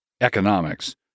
economics